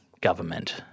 government